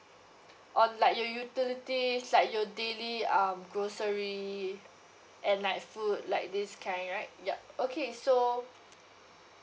on like your utilities like your daily um grocery and like food like this kind right yup okay so